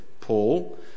Paul